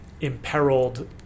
imperiled